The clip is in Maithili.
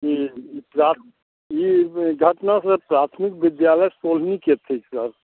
जी ई सर घटना प्राथमिक विद्यालय के छै सर